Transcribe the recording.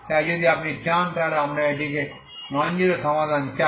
তাই যদি আপনি চান তাহলে আমরা একটি ননজিরো সমাধান চাই